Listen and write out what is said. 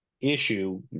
issue